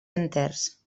enters